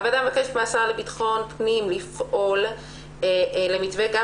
הוועדה מבקשת מהשר לביטחון פנים לפעול למתווה גם